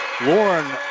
Lauren